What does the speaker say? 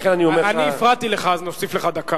לכן אני אומר, אני הפרעתי לך, אז נוסיף לך דקה.